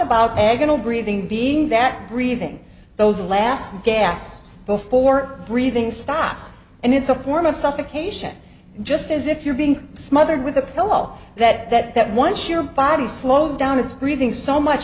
about agonal breathing being that breathing those last gas before breathing stops and it's a form of suffocation just as if you're being smothered with a pillow that that that once your body slows down it's breathing so much